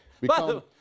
Become